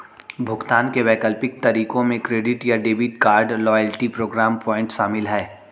भुगतान के वैकल्पिक तरीकों में क्रेडिट या debit card, loyalty programme point शामिल है